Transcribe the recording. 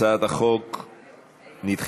הצעת החוק נדחתה.